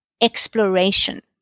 exploration